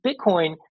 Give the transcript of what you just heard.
bitcoin